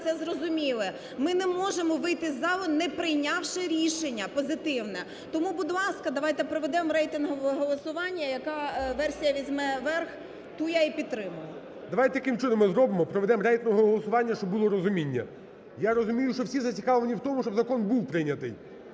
це зрозуміли. Ми не можемо вийти з залу, не прийнявши рішення позитивне. Тому, будь ласка, давайте проведемо рейтингове голосування. Яка версія візьме верх, ту я і підтримаю. ГОЛОВУЮЧИЙ. Давайте таким чином ми зробимо: проведемо рейтингове голосування, щоб було розуміння. Я розумію, що всі зацікавлені в тому, щоб закон був прийнятий.